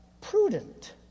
prudent